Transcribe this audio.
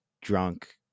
Drunk